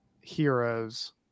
heroes